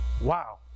Wow